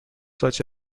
such